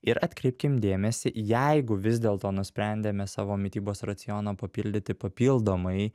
ir atkreipkim dėmesį jeigu vis dėlto nusprendėme savo mitybos racioną papildyti papildomai